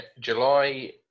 July